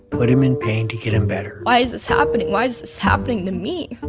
put him in pain to get him better why is this happening? why is this happening to me?